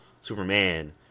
Superman